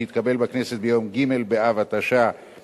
שהתקבל בכנסת ביום ג' באב התשע"א,